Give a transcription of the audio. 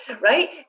right